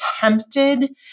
tempted